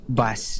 bus